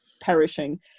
perishing